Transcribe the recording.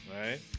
right